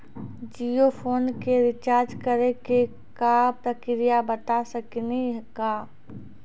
Jio phone के recharge करे के का प्रक्रिया बता साकिनी का?